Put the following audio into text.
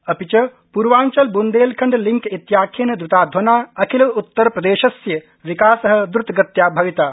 अपि च पूर्वांचल बून्देलखण्ड लिंक इत्याख्येन द्रताध्वना अखिल उत्तरप्रदेशस्य विकास द्रतगत्या भविता